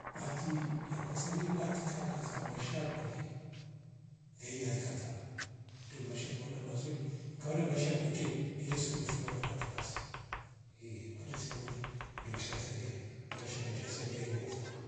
Bati yakwa samie batika ukatika maisha kwale veiya arikataba nde maisha nimeona mazuri nikaora maisha peke nire siku nifunga nduwa tubasi ehh kweri zimori ndo kisha sadia maisha mesha yoova